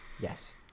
Yes